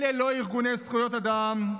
אלה לא ארגוני זכויות אדם,